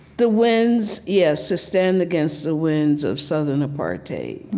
the winds, yes, to stand against the winds of southern apartheid,